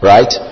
Right